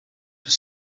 were